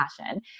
passion